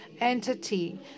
entity